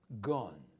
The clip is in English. Gone